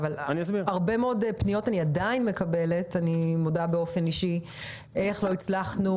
אבל אני עדיין מקבלת הרבה מאוד פניות אישיות שתוהות איך לא הצלחנו